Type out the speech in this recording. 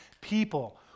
people